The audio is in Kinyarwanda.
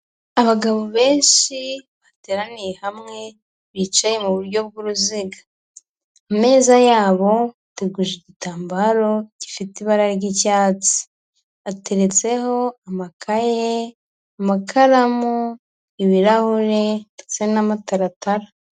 Abagabo benshi bateraniye hamwe bicaye mu buryo bw'uruziga, ameza yabo ateguje igitambaro gifite ibara ry'icyatsi, ateretseho amakaye, amakaramu, ibirahure ndetse n'amataratara.